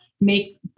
make